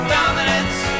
Dominance